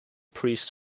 priests